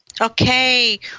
Okay